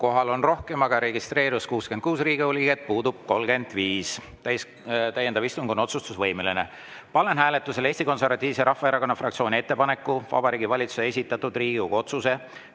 Kohal on rohkem, aga registreerus 66 Riigikogu liiget, puudub 35. Täiendav istung on otsustusvõimeline. Panen hääletusele Eesti Konservatiivse Rahvaerakonna fraktsiooni ettepaneku Vabariigi Valitsuse esitatud Riigikogu otsuse